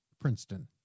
princeton